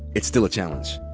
it's still a challenge.